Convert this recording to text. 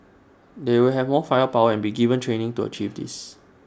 they will have more firepower and be given training to achieve this